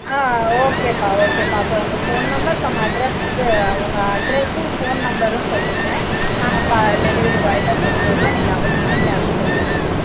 ஆ ஓகேப்பா ஓகேப்பா அப்போ உங்கள் ஃபோன் நம்பர் கம் அட்ரெஸ் இது உங்கள் அட்ரெஸும் ஃபோன் நம்பரும் சொல்லுங்கள் நாங்கள் பா டெலிவரி பாய்கிட்ட கொடுத்துவுட்றோம் நீங்கள் அவர்கிட்ட கேஷ் கொடுத்துடுங்க